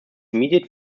immediate